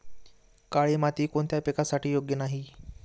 काळी माती कोणत्या पिकासाठी योग्य नाही?